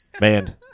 man